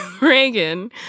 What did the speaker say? Reagan